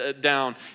down